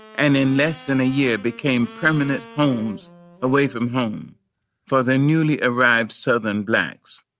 and in less than a year became permanent homes away from home for the newly arrived southern blacks.